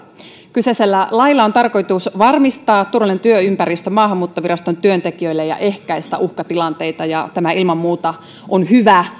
kyseisellä lailla on tarkoitus varmistaa turvallinen työympäristö maahanmuuttoviraston työntekijöille ja ja ehkäistä uhkatilanteita ja tämä ilman muuta on hyvä